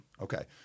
Okay